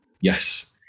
Yes